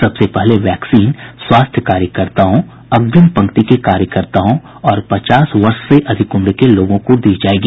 सबसे पहले वैक्सीन स्वास्थ्य कार्यकर्ताओं अग्रिम पंक्ति के कार्यकर्ताओं और पचास वर्ष से अधिक उम्र के लोगों की दी जाएगी